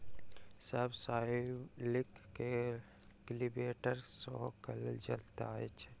सब स्वाइलर के कल्टीवेटर सेहो कहल जाइत अछि